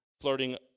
flirting